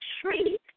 tree